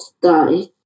die